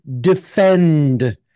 defend